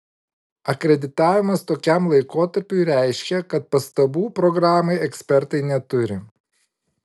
akreditavimas tokiam laikotarpiui reiškia kad pastabų programai ekspertai neturi